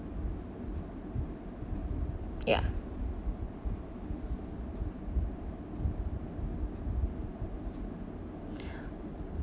ya